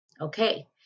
Okay